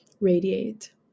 radiate